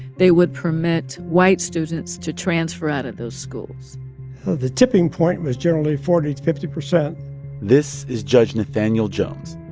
they would permit white students to transfer out of those schools the tipping point was generally forty to fifty point this is judge nathaniel jones.